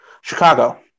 Chicago